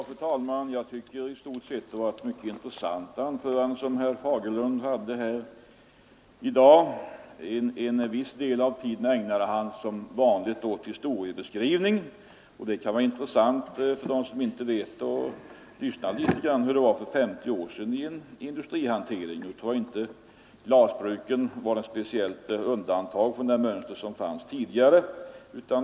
Fru talman! Herr Fagerlunds anförande var i stort sett mycket intressant. En stor del av tiden ägnade han som vanligt åt historieskrivning och för dem som inte känner till det kan det vara intressant att få höra hur det var för 50 år sedan inom industrihanteringen. Jag tror dock inte att glasbruken utgjorde något speciellt undantag från det mönster som fanns tidigare.